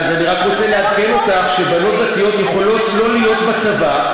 אני רק רוצה לעדכן אותך שבנות דתיות יכולות לא להיות בצבא,